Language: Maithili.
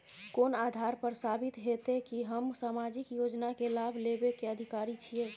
कोन आधार पर साबित हेते की हम सामाजिक योजना के लाभ लेबे के अधिकारी छिये?